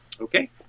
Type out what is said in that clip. Okay